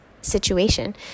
situation